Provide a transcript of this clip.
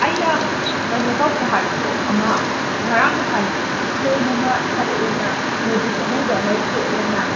ꯑꯩꯅ ꯀꯩꯅꯣ ꯇꯧꯁꯦ ꯍꯥꯏꯕꯗꯣ ꯑꯃ ꯉꯔꯥꯡ ꯅꯍꯥꯟ ꯐꯣꯝ ꯑꯃ ꯊꯥꯔꯛꯑꯦꯅ ꯅꯣꯇꯤꯁ ꯑꯅꯧꯕ ꯑꯃ ꯊꯣꯛꯑꯦꯅ